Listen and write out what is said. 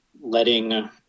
letting